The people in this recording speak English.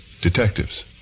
Detectives